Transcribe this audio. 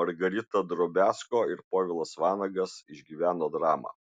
margarita drobiazko ir povilas vanagas išgyveno dramą